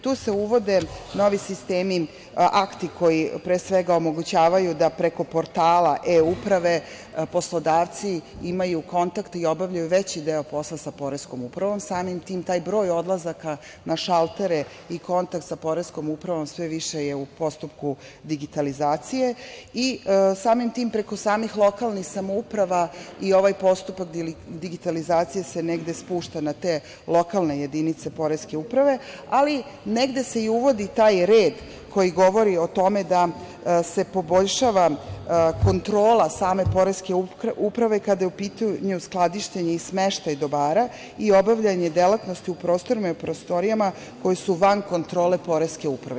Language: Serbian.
Tu se uvode novi sistemi, akti koji pre svega omogućavaju da preko portala eUprave poslodavci imaju kontakte i obavljaju veći deo posla sa Poreskom upravo, samim tim taj broj odlazaka na šaltere i kontakt sa Poreskom upravom sve više je u postupku digitalizacije i samim tim preko samih lokalnih samouprava i ovaj postupak digitalizacije se negde spušta na te lokalne jedinice Poreske uprave, ali negde se i uvodi taj red koji govori o tome da se poboljšava kontrola same Poreske uprave kada je u pitanju skladištenje i smeštaj dobara i obavljanje delatnosti u prostorima i prostorijama koje su van kontrole Poreske uprave.